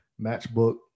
matchbook